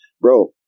Bro